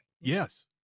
Yes